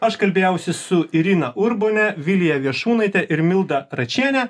aš kalbėjausi su irina urbone vilija viešūnaite ir milda račiene